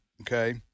okay